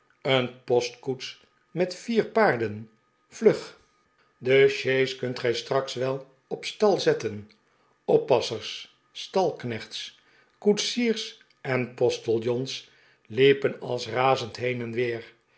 een postkoets met vier paarden vlug de sjees kunt gij straks wel op stal zetten t oppassers stalknechts koetsiers en postiljons liepen als razend heen en weer